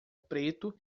preto